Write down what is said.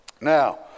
Now